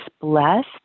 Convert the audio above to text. blessed